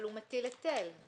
אבל הוא מטיל היטל.